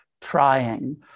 trying